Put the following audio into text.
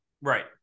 Right